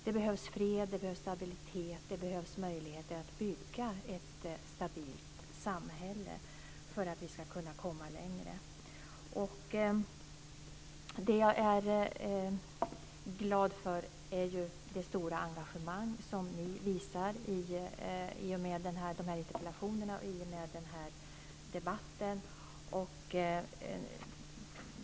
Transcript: Det behövs fred och stabilitet, och det behövs möjligheter att bygga ett stabilt samhälle för att vi ska kunna komma längre. Det jag är glad för är det stora engagemang som ni visar i och med de här interpellationerna och i och med den här debatten.